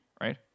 right